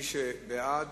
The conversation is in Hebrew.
מי שבעד,